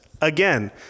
Again